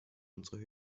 unsere